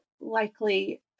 likely